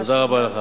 תודה רבה לך.